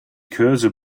cursor